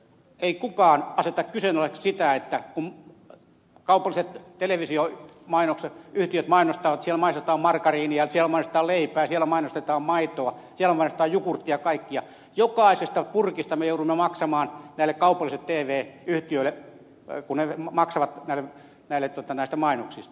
ei kukaan aseta kyseenalaiseksi sitä että kun kaupalliset televisioyhtiöt mainostavat siellä mainostetaan margariinia siellä mainostetaan leipää siellä mainostetaan maitoa siellä mainostetaan jukurttia kaikkea niin jokaisesta purkista me joudumme maksamaan näille kaupallisille tv yhtiöille kun ne maksavat näille näistä mainoksista